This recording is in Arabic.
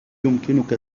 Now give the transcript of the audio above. يمكنك